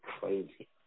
crazy